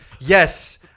yes